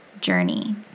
journey